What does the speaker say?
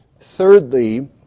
thirdly